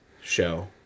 show